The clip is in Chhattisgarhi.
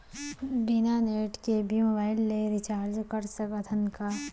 बिना नेट के भी मोबाइल ले रिचार्ज कर सकत हन का?